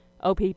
OPP